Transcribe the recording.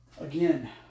again